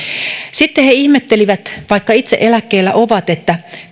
sitten he ihmettelivät vaikka itse eläkkeellä ovat että